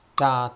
ta